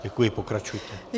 Děkuji, pokračujte.